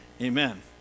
Amen